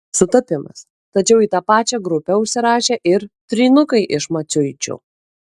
sutapimas tačiau į tą pačią grupę užsirašė ir trynukai iš maciuičių